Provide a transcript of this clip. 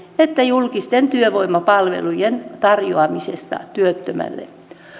että julkisten työvoimapalvelujen tarjoamisesta työttömälle